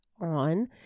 on